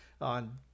on